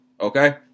okay